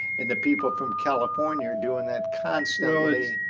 and the people from california are doing that constantly.